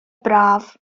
braf